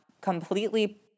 completely